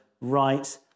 right